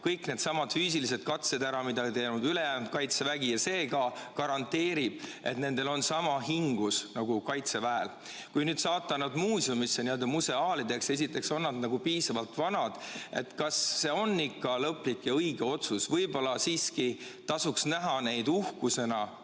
kõik needsamad füüsilised katsed, mida on teinud ülejäänud Kaitsevägi. See ka garanteerib, et neil on sama hingus nagu Kaitseväel. Kui nüüd saata nad muuseumisse n‑ö museaalideks, siis esiteks, on nad piisavalt vanad? Kas see on ikka lõplik ja õige otsus? Võib-olla siiski tasuks näha neid uhkusena,